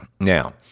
Now